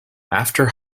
after